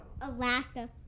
Alaska